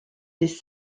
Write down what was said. des